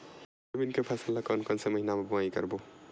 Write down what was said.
Soybean के फसल ल कोन कौन से महीना म बोआई करबो?